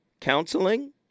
counseling